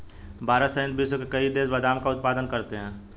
भारत सहित विश्व के कई देश बादाम का उत्पादन करते हैं